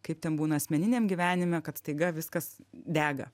kaip ten būna asmeniniam gyvenime kad staiga viskas dega